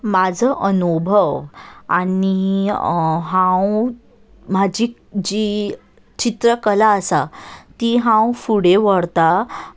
म्हजो अनुभव आनी हांव म्हजी जी चित्रकला आसा ती हांव फुडें व्हरतां